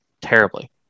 terribly